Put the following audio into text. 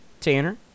Tanner